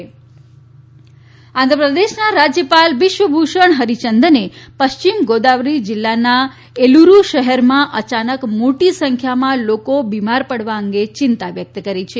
આંધ્રપ્રદેશ આંધ્રપ્રદેશના રાજ્યપાલ બિસ્વભૂષણ હરિચંદને પશ્ચિમ ગોદાવરી જિલ્લાના અંબૂરૂ શહેરમાં અયાનક મોટી સંખ્યામાં લોકો બિમાર પડવા અંગે ચિંતા વ્યક્ત કરી છે